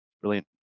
Brilliant